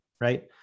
right